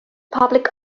public